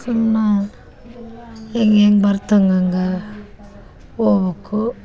ಸುಮ್ಮ ಈಗ ಹೆಂಗ್ ಬರ್ತೆ ಹಂಗಂಗ ಹೋಬಕು